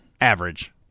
Average